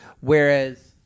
whereas